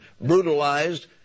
brutalized